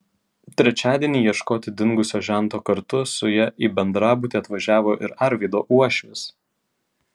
trečiadienį ieškoti dingusio žento kartu su ja į bendrabutį atvažiavo ir arvydo uošvis